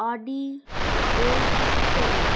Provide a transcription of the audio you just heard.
Audi a seven